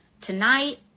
tonight